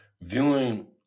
viewing